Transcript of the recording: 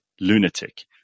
lunatic